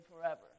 forever